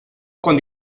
con